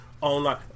online